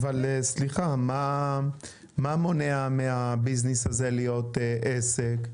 סליחה, מה מונע מהביזנס הזה להיות עסק?